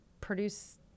produce